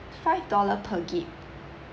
five dollars per gig~